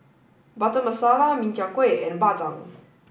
Butter Masala Min Chiang Kueh and Bak Chang